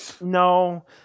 no